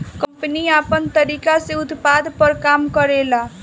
company आपन तरीका से उत्पाद पर काम करेले